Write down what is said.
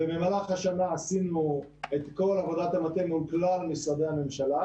ובמהלך השנה עשינו את כל עבודת המטה מול כלל משרדי הממשלה,